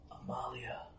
Amalia